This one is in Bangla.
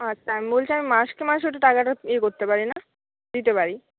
আচ্ছা আমি বলছি আমি মাসকে মাসে একটু টাকাটা ইয়ে করতে পারি না দিতে পারি